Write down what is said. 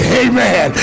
amen